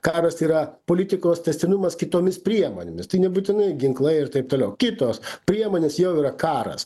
karas yra politikos tęstinumas kitomis priemonėmis tai nebūtinai ginklai ir taip toliau kitos priemonės jau yra karas